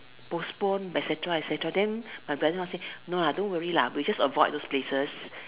postpone et-cetera et-cetera then my brother-in-law say no lah don't worry lah we just avoid those places